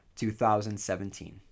2017